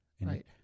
Right